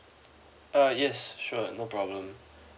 uh yes sure no problem